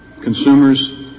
consumers